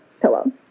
pillow